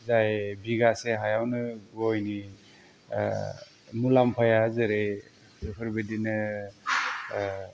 जाय बिगासे हायावनो गयनि मुलाम्फाया जेरै बेफोरबायदिनो